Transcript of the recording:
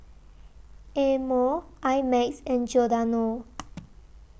Amore I Max and Giordano